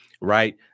right